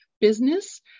business